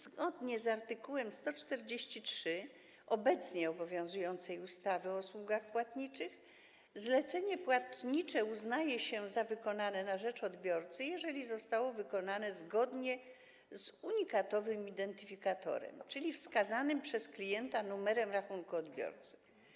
Zgodnie z art. 143 obecnie obowiązującej ustawy o usługach płatniczych zlecenie płatnicze uznaje się za wykonane na rzecz odbiorcy, jeżeli zostało wykonane zgodnie z unikatowym identyfikatorem, czyli wskazanym przez klienta numerem rachunku odbiorcy.